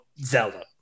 Zelda